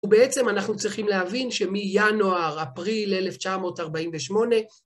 ובעצם אנחנו צריכים להבין שמינואר, אפריל 1948,